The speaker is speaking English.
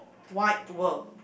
wide world